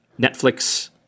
Netflix